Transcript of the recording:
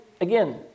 again